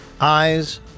eyes